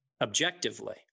objectively